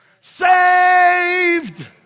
Saved